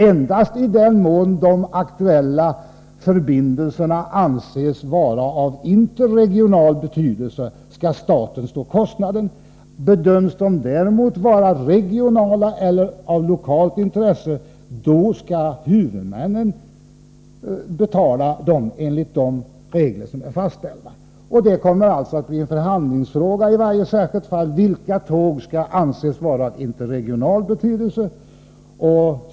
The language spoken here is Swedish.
Endast i den mån de aktuella förbindelserna anses vara av interregional betydelse skall staten stå för kostnaden. Bedöms de däremot vara av regionalt eller lokalt intresse, skall huvudmännen betala enligt de regler som är fastställda. Vilka tåg som skall anses vara av interregional betydelse kommer alltså i varje särskilt fall att bli en förhandlingsfråga.